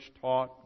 taught